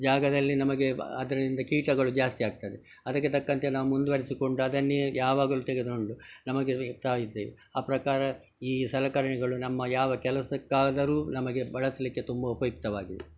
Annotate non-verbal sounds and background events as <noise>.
ಜಾಗದಲ್ಲಿ ನಮಗೆ ಬ ಅದರಿಂದ ಕೀಟಗಳು ಜಾಸ್ತಿ ಆಗ್ತದೆ ಅದಕ್ಕೆ ತಕ್ಕಂತೆ ನಾವು ಮುಂದ್ವರ್ಸಿಕೊಂಡು ಅದನ್ನೇ ಯಾವಾಗಲೂ ತಗೆದ್ಕೊಂಡು ನಮಗೆ <unintelligible> ತಾ ಇದ್ದೇವೆ ಆ ಪ್ರಕಾರ ಈ ಸಲಕರಣೆಗಳು ನಮ್ಮ ಯಾವ ಕೆಲಸಕ್ಕಾದರೂ ನಮಗೆ ಬಳಸಲಿಕ್ಕೆ ತುಂಬ ಉಪಯುಕ್ತವಾಗಿವೆ